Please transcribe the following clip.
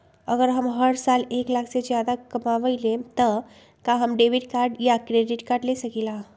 अगर हम हर साल एक लाख से कम कमावईले त का हम डेबिट कार्ड या क्रेडिट कार्ड ले सकीला?